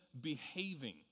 behaving